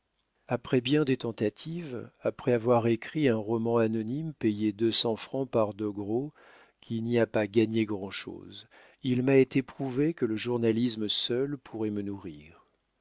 après bien des tentatives après avoir écrit un roman anonyme payé deux cents francs par doguereau qui n'y a pas gagné grand'chose il m'a été prouvé que le journalisme seul pourrait me nourrir